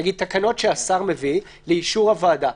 נגיד תקנות שהשר מביא לאישור הוועדה.